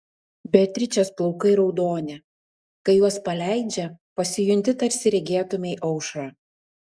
beatričės plaukai raudoni kai juos paleidžia pasijunti tarsi regėtumei aušrą